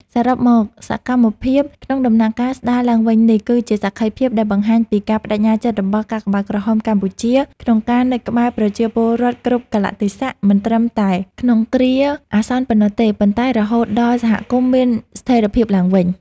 សរុបមក សកម្មភាពក្នុងដំណាក់កាលស្ដារឡើងវិញនេះ គឺជាសក្ខីភាពដែលបង្ហាញពីការប្ដេជ្ញាចិត្តរបស់កាកបាទក្រហមកម្ពុជា ក្នុងការនៅក្បែរប្រជាពលរដ្ឋគ្រប់កាលៈទេសៈ មិនត្រឹមតែក្នុងគ្រាអាសន្នប៉ុណ្ណោះទេ ប៉ុន្តែរហូតដល់សហគមន៍មានស្ថិរភាពឡើងវិញ។